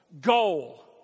Goal